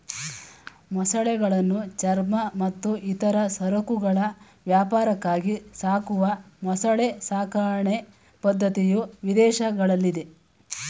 ಮೊಸಳೆಗಳನ್ನು ಚರ್ಮ ಮತ್ತು ಇತರ ಸರಕುಗಳ ವ್ಯಾಪಾರಕ್ಕಾಗಿ ಸಾಕುವ ಮೊಸಳೆ ಸಾಕಣೆ ಪದ್ಧತಿಯು ವಿದೇಶಗಳಲ್ಲಿದೆ